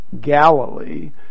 Galilee